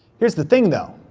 here's the thing though,